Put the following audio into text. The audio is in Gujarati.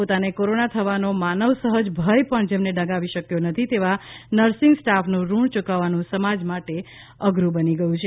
પોતાને કોરોના થવાનો માનવ સહજ ભય પણ જેમને ડગાવી શક્યો નથી તેવા નર્સિંગ સ્ટાફનું ઋણ યૂકવવું સમાજ માટે અઘરું બની ગયું છે